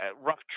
rough